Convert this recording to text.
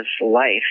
life